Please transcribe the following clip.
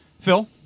Phil